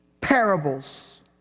parables